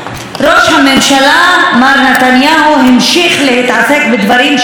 ראש הממשלה מר נתניהו המשיך להתעסק בדברים שיש בהם